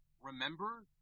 remember